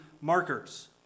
markers